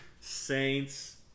Saints